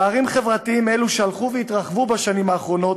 פערים חברתיים אלו, שהלכו והתרחבו בשנים האחרונות,